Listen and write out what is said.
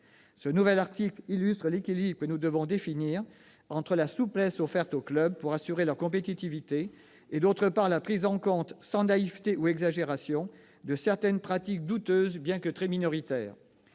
Ce nouvel article illustre l'équilibre que nous devons définir, entre la souplesse offerte aux clubs pour assurer leur compétitivité et la prise en compte, sans naïveté ou exagération, de certaines pratiques douteuses, bien que très minoritaires.